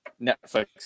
Netflix